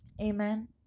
Amen